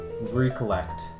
recollect